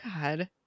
God